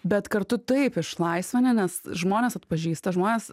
bet kartu taip išlaisvina nes žmonės atpažįsta žmonės